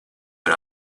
var